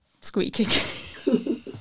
squeaking